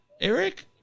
eric